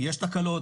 יש תקלות,